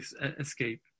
escape